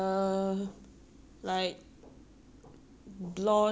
blonde at the ends or something lah like ombre like that